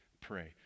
pray